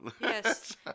Yes